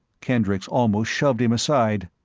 kendricks almost shoved him inside.